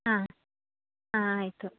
ಹಾಂ ಹಾಂ ಆಯಿತು